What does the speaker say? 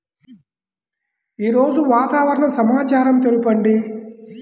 ఈరోజు వాతావరణ సమాచారం తెలుపండి